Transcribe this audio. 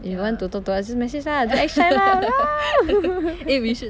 you want to talk to us just message ah don't action ah !walao!